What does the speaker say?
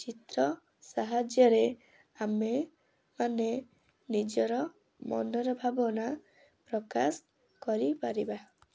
ଚିତ୍ର ସାହାଯ୍ୟରେ ଆମେ ମାନେ ନିଜର ମନର ଭାବନା ପ୍ରକାଶ କରି ପାରିବା